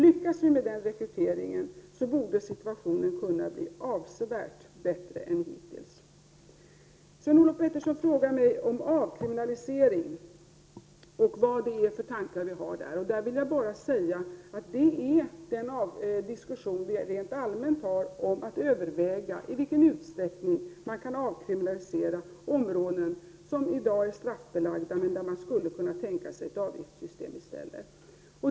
Lyckas vi med denna rekrytering, så borde situationen kunna bli avsevärt bättre än hittills. Sven-Olof Petersson frågar mig om avkriminalisering och vad vi har för tankar i fråga om detta. Jag vill med anledning av det bara säga att det rör sig om den diskussion som vi rent allmänt för om att överväga i vilken utsträckning man kan avkriminalisera områden som i dag är straffbelagda, områden där man skulle kunna tänka sig ett avgiftssystem i stället.